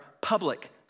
public